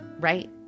Right